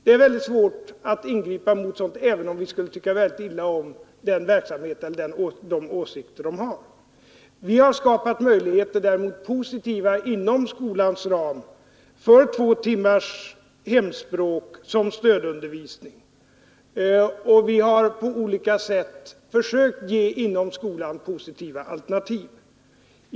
Det är oerhört svårt att ingripa mot det, även om vi skulle tycka mycket illa om den verksamhet de bedriver eller de åsikter de har. Däremot har vi inom skolans ram skapat möjligheter för barnen att som stödundervisning få två veckotimmars undervisning i hemlandets språk, och vi har även på andra sätt försökt att inom skolan ge positiva alternativ.